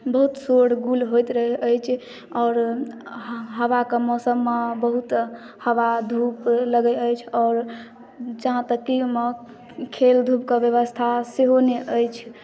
बहुत शोरगुल होइत रहै अछि आओर हवा के मौसम मे बहुत हवा धूप लगै अछि आओर जहाँ तक की एमहर खेल धूप के व्यवस्था सेहो नहि अछि